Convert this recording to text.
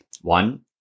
One